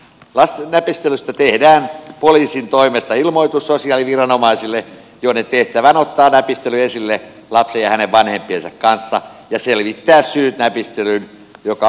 näpistelystä tehdään poliisin toimesta ilmoitus sosiaaliviranomaisille joiden tehtävä on ottaa näpistely esille lapsen ja hänen vanhempiensa kanssa ja selvittää syyt näpistelyyn mikä on aivan oikein